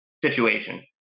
situation